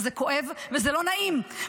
וזה כואב וזה לא נעים,